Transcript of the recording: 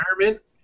...environment